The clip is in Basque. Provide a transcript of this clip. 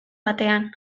batean